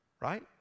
Right